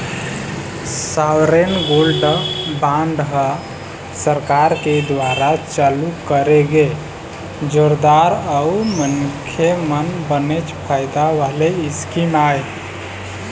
sovereign gold bond ह सरकार के दुवारा चालू करे गे जोरदार अउ मनखे मन बनेच फायदा वाले स्कीम आय